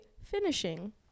finishing